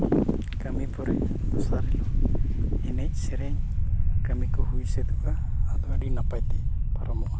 ᱠᱟᱹᱢᱤ ᱯᱚᱨᱮ ᱥᱚᱦᱨᱟᱭ ᱮᱱᱮᱡ ᱥᱮᱨᱮᱧ ᱠᱟᱹᱢᱤ ᱠᱚ ᱦᱩᱭ ᱥᱟᱹᱛᱚᱜᱼᱟ ᱟᱫᱚ ᱟᱹᱰᱤ ᱱᱟᱯᱟᱭ ᱛᱮ ᱯᱟᱨᱚᱢᱚᱜᱼᱟ